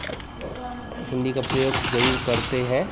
अब हिन्दी का प्रयोग ज़रूर करते हैं